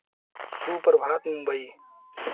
सुप्रभात मुंबई